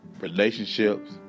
relationships